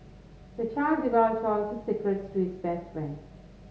the child divulged all his secrets to his best friend